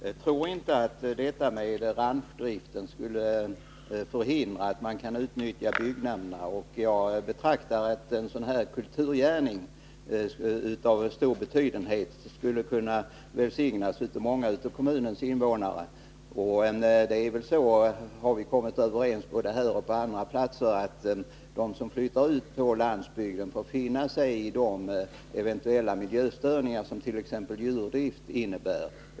Herr talman! Jag tror inte att ranchdriften skulle förhindra att man utnyttjar byggnaderna. Jag betraktar det alternativet som en kulturgärning av stor betydenhet, som skulle välsignas av många av kommunens invånare. Och det är väl så — det har vi kommit överens om både här och på andra platser — att de som flyttar ut på landsbygden får finna sig i de eventuella miljöstörningar som t.ex. djurdrift innebär.